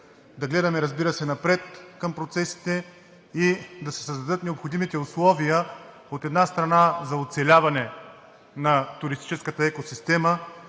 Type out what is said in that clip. да гледаме напред към процесите и да се създадат необходимите условия, от една страна, за оцеляване на туристическата екосистема,